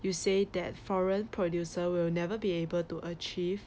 you say that foreign producer will never be able to achieve